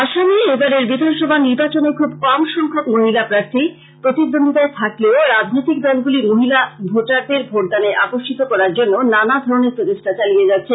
আসামে এবারের বিধানসভা নির্বাচনে খুব কম সংখ্যক মহিলা প্রাথশি প্রতিদ্বন্দিতায় থাকলে ও রাজনৈতিক দলগুলি মহিলা ভোটারদের ভোটদানে আকর্ষিত করার জন্য নানা ধরনের প্রচেষ্টা চালিয়া যাচ্ছে